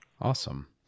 Awesome